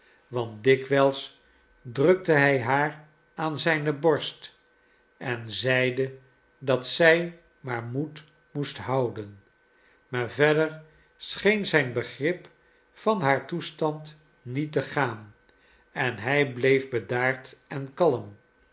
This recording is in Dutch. want dikwijls drukte hij haar aan zijne borst en zeide dat zij maar moed moest houden maar verder scheen zijn begrip van haar toestand niet te gaan en hij bleef bedaard en kalm